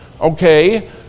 okay